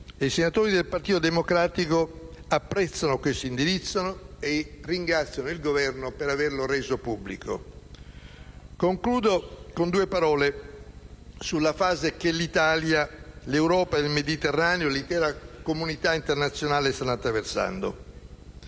I senatori del Partito Democratico apprezzano questo indirizzo e ringraziano il Governo per averlo reso pubblico. Concludo il mio intervento con poche considerazioni sulla fase che l'Italia, l'Europa, il Mediterraneo e l'intera comunità internazionale stanno attraversando.